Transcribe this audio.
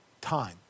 time